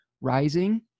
rising